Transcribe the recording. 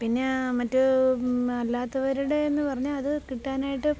പിന്നെ മറ്റ് അല്ലാതാവുരെടെന്ന് പറഞ്ഞ ആത് കിട്ടാനായിട്ട്